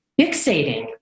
fixating